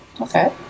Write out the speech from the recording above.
okay